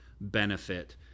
benefit